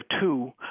two